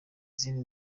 izindi